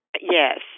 Yes